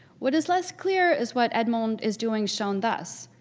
what is less clear is what edmond is doing shown thus.